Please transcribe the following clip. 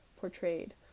portrayed